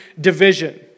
division